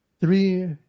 three